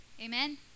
Amen